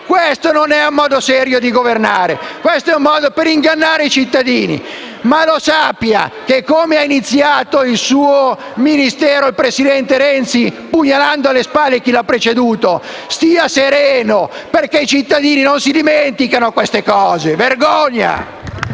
Questo non è un modo serio di governare, ma è un modo di ingannare i cittadini. *(Commenti* *dal Gruppo PD)*. Ricordi come ha iniziato il suo Ministero, il presidente Renzi, pugnalando alle spalle chi lo ha preceduto e stia sereno, perché i cittadini non dimenticano queste cose. Vergogna!